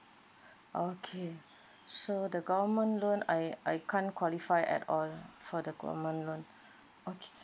okay so the government loan I I can't qualify at all for the government loan okay